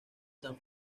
san